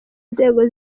inzego